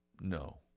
No